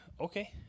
Okay